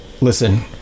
listen